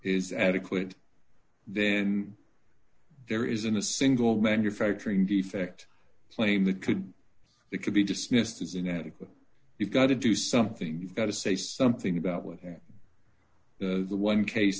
is adequate then there isn't a single manufacturing defect claim that could it could be dismissed as inadequate you've got to do something you've got to say something about what of the one case